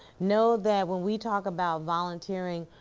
know that when we talk about volunteering.